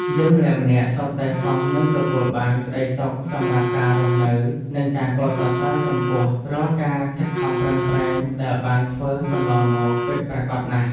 យើងម្នាក់ៗសុទ្ធតែសមនឹងទទួលបានក្ដីសុខសម្រាប់ការរស់នៅនិងការកោតសរសើរចំពោះរាល់ការខិតខំប្រឹងប្រែងដែលបានធ្វើមកកន្លងមកពិតប្រាកដណាស់។